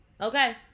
Okay